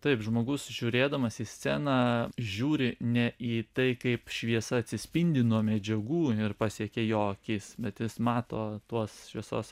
taip žmogus žiūrėdamas į sceną žiūri ne į tai kaip šviesa atsispindi nuo medžiagų ir pasiekia jo akis bet jis mato tuos šviesos